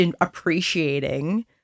appreciating